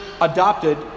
adopted